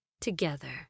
together